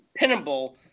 pinnable